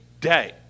day